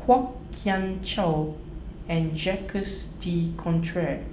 Kwok Kian Chow and Jacques De Coutre